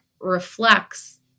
reflects